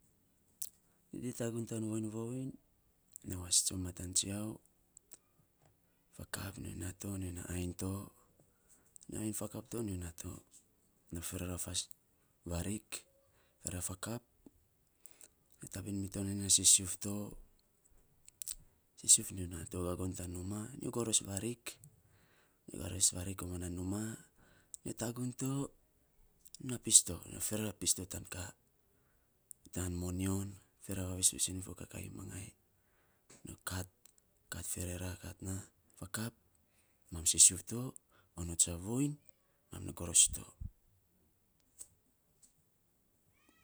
Nyo te tagun tan voiny voiny, nyo was ton matan tsiau fakap, nyo naa to nyo nai ainy to, ainy fakap to, nyo na to na ferea varik, ferera fakap, nyo fabin mito, nyo nai sisiuf to. sisiuf nyo naa to gagon tan numaa nyo, goros varik nyo goros varik, koman na numaa. Nyo tagun to, nyo na pis to nan ferera pis to tan ka tan moyon, ferera vavis fiisen men fo kakaii mangai nyo kat kat ferea, kat naa kap mam sisiuf to onots a voiny mam nai goros to.